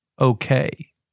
okay